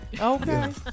Okay